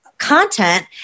Content